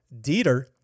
Dieter